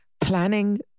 planning